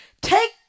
Take